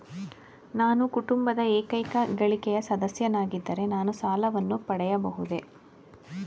ನಾನು ಕುಟುಂಬದ ಏಕೈಕ ಗಳಿಕೆಯ ಸದಸ್ಯನಾಗಿದ್ದರೆ ನಾನು ಸಾಲವನ್ನು ಪಡೆಯಬಹುದೇ?